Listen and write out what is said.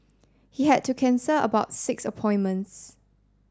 he had to cancel about six appointments